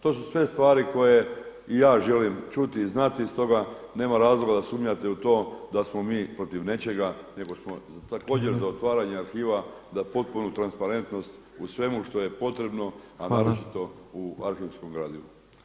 To su sve stvari koje i ja želim čuti i znati i stoga nema razloga da sumnjate u to da smo mi protiv nečega nego smo također za otvaranje arhiva za potpunu transparentnost u svemu što je potrebno a naročito u arhivskom gradivu.